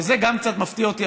וזה גם קצת מפתיע אותי,